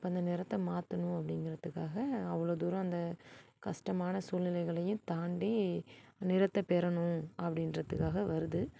அப்போ அந்த நிறத்தை மாற்றணும் அப்படிங்கறதுக்காக அவ்வளோ தூரம் அந்த கஷ்டமான சூழ்நிலைகளையும் தாண்டி நிறத்தை பெரும் அப்படின்றதுக்காக வருது